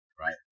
right